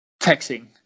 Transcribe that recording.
Texting